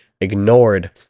ignored